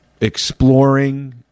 exploring